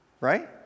Right